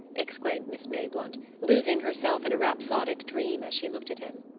exclaimed miss mayblunt, losing herself in a rhapsodic dream as she looked at him.